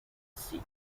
sea